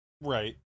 Right